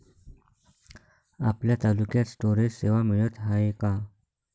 आपल्या तालुक्यात स्टोरेज सेवा मिळत हाये का?